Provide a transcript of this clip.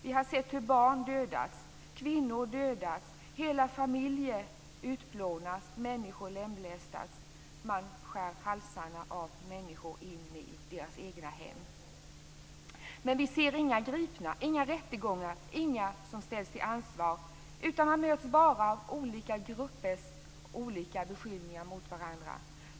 Vi har sett hur barn och kvinnor dödats, hur hela familjer utplånats, människor lemlästats och fått sina halsar avskurna i deras egna hem. Men vi ser inga gripna, inga rättegångar, inga som ställs till ansvar, utan man möts bara av olika gruppers olika beskyllningar mot varandra.